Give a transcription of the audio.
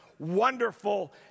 wonderful